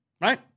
right